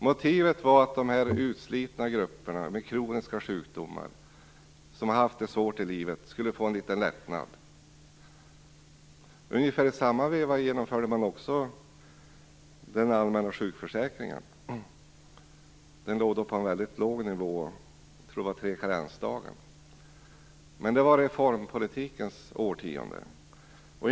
Motivet var att de utslitna grupperna med kroniska sjukdomar som haft det svårt i livet skulle få en liten lättnad. I ungefär samma veva genomförde man också den allmänna sjukförsäkringen. Den låg då på en väldigt låg nivå, och jag tror att det var tre karensdagar. Men det var reformpolitikens årtionde.